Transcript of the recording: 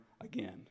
again